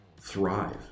thrive